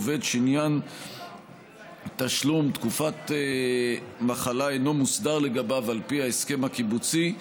עובד שעניין תשלום תקופת מחלה אינו מוסדר לגביו על פי ההסכם הקיבוצי,